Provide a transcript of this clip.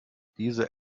diese